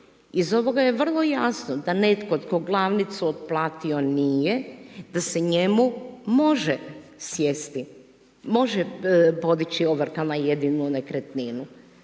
Iz ovoga je vrlo jasno da netko tko glavnicu otplatio nije da se njemu može sjesti, može podići ovrha na jedinu nekretninu